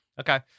okay